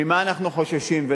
ממה אנחנו חוששים,